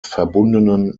verbundenen